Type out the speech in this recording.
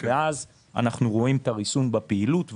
ואז אנחנו רואים את הריסון בפעילות,